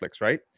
right